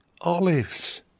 Olives